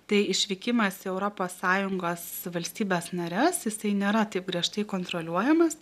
tai išvykimas į europos sąjungos valstybes nares jisai nėra taip griežtai kontroliuojamas